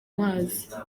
mazi